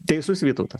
teisus vytautas